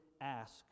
ask